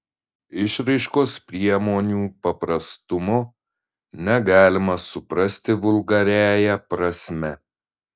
išraiškos priemonių paprastumo negalima suprasti vulgariąja prasme